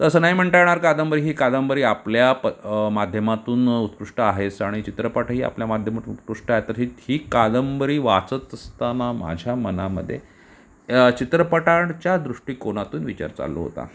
तर असं नाही म्हणता येणार कादंबरी ही कादंबरी आपल्या प माध्यमातून उत्कृष्ट आहेच आणि चित्रपटही आपल्या माध्यमात उत्कृष्ट आहे तरीही ही कादंबरी वाचत असताना माझ्या मनामध्ये या चित्रपटाआडच्या दृष्टीकोनातून विचार चालू होता